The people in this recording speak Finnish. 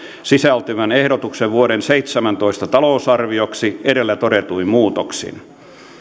sisältyvän ehdotuksen vuoden seitsemäntoista talousarvioksi edellä todetuin muutoksin